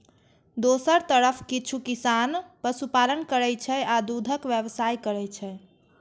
दोसर तरफ किछु किसान पशुपालन करै छै आ दूधक व्यवसाय करै छै